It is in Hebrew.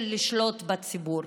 לשלוט בציבור.